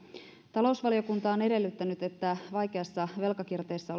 talousvaliokunta on edellyttänyt että vaikeassa velkakierteessä